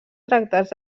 tractats